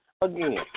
again